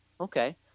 Okay